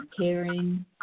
caring